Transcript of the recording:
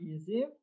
easy